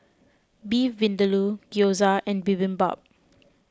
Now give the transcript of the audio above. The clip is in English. Beef Vindaloo Gyoza and Bibimbap